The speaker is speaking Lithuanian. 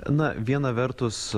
na viena vertus